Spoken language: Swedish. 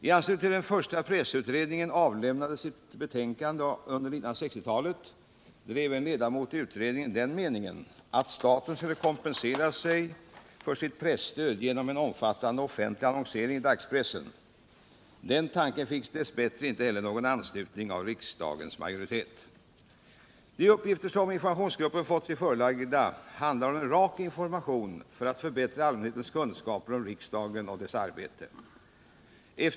L anslutning till att den första pressutredningen avlämnade sitt betänkande under 1960-talet drev en ledamot i utredningen den meningen att staten skulle kompensera sig för sitt presstöd genom en omfattande offentlig annonsering i dagspressen. Den tanken fick dess bättre inte heller någon heten Riksdagsinformation till allmänheten De uppgifter som informationsgruppen fått sig förelagda handlar om en rak information för att förbättra allmänhetens kunskaper om riksdagen och dess arbete.